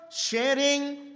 Sharing